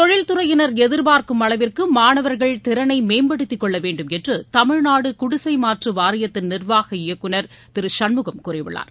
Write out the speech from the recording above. தொழில்துறையினர் எதிர்பார்க்கும் அளவிற்கு மாணவர்கள் திறனை மேம்படுத்திக் கொள்ள வேண்டும் என்று தமிழ்நாடு குடிசை மாற்று வாரியத்தின் நிர்வாக இயக்குநர் திரு சண்முகம் கூறியுள்ளார்